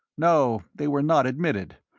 no they were not admitted.